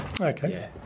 Okay